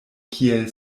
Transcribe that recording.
kiel